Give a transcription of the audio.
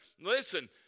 listen